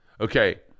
Okay